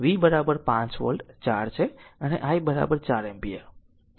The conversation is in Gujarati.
V 5 વોલ્ટ 4 છે અને I 4 એમ્પીયર